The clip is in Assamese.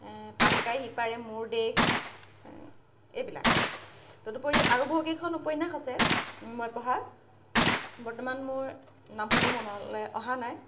পাটকাই সিপাৰে মোৰ দেশ এইবিলাক তদুপৰি আৰু বহুকেইখন উপন্যাস আছে মই পঢ়া বৰ্তমান মোৰ নামসমূহ মনলৈ অহা নাই